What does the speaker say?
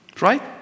right